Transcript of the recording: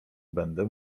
będę